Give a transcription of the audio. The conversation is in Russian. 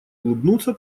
улыбнуться